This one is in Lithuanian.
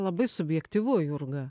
labai subjektyvu jurga